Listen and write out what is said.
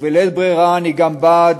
ובלית ברירה אני גם בעד,